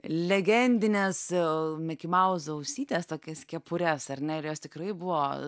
legendines mikimauzo ausytes tokias kepures ar ne ir jos tikrai buvo